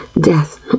Death